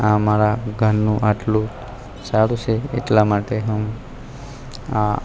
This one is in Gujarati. આ અમારા ઘરનું આટલું સારું છે એટલા માટે હું આ